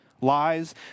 lies